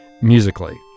musically